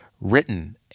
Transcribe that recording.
written